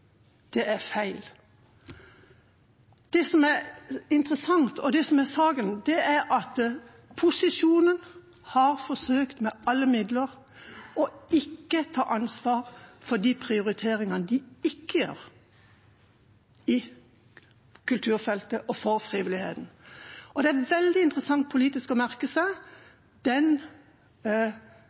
feil. Det som er interessant, og det som er saken, er at posisjonen har forsøkt med alle midler å ikke ta ansvar for de prioriteringene de ikke gjør på kulturfeltet og for frivilligheten. Det er veldig interessant politisk å merke seg den